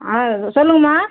ஆ சொல்லுங்கம்மா